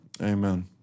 Amen